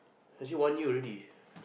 actually one year already